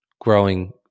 growing